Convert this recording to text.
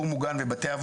אם זה גיור,